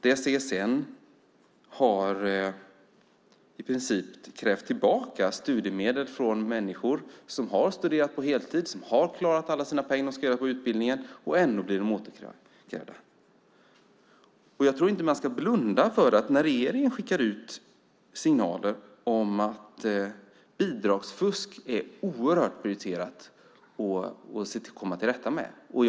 CSN har ju i princip krävt tillbaka studiemedel från människor som studerat på heltid och som klarat alla sina poäng på utbildningen. Ändå krävs de på återbetalning. Jag tror inte att man ska blunda för de signaler som regeringen skickar ut om att det är oerhört prioriterat att komma till rätta med bidragsfusket.